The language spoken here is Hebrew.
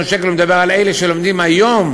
שקל הוא מדבר על אלה שלומדים היום: